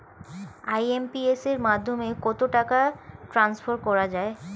IMPS এর মাধ্যমে কত টাকা ট্রান্সফার করা যায়?